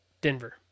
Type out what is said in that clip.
Denver